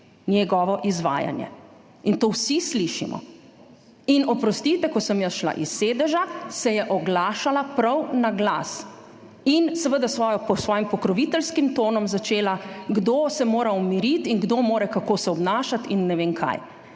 njegovo izvajanje, in to vsi slišimo. In oprostite, ko sem jaz šla iz sedeža, se je oglašala prav na glas. In seveda s svojim pokroviteljskim tonom začela, kdo se mora umiriti in kdo se mora kako se obnašati in ne vem kaj.